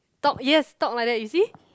talk yes talk like that you see